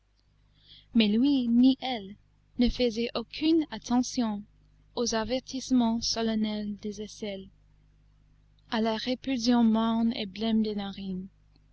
mais lui ni elle ne faisaient aucune attention aux avertissements solennels des aisselles à la répulsion morne et blême